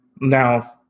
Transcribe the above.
now